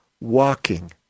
walking